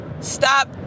Stop